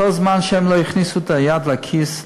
כל זמן שהם לא יכניסו את היד לכיס,